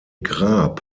grab